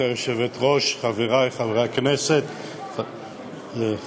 גברתי היושבת-ראש, תודה, חברי חברי הכנסת, השרים,